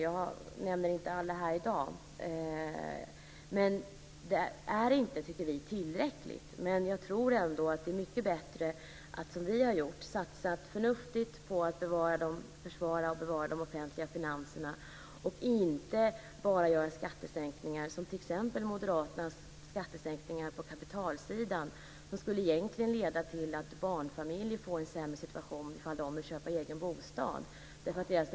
Jag nämner inte alla här i dag. Vi tycker inte att detta är tillräckligt, men jag tror att det är mycket bättre att, som vi har gjort, satsa förnuftigt på att försvara och bevara de offentliga finanserna och att inte bara genomföra skattesänkningar. Jag tänker då t.ex. på moderaternas skattesänkningar på kapitalsidan, som skulle leda till att barnfamiljer får sämre ränteavdrag i fall där de vill köpa egen bostad.